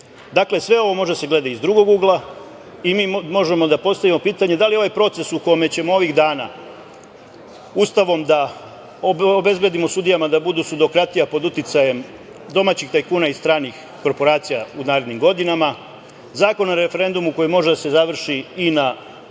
lice. Dakle, sve ovo može da se gleda i iz drugog ugla i mi možemo da postavimo pitanje da li ovaj proces u kome ćemo ovih dana Ustavom da obezbedimo sudijama da budu sudokratija pod uticajem domaćih tajkuna i stranih korporacija u narednim godinama? Zakon o referendumu, koji može da se završi i na